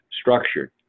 structured